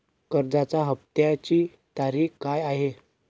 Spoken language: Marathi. कर्जाचा हफ्त्याची तारीख काय आहे?